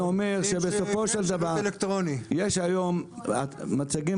אני אומר שבסופו של דבר יש היום מצגים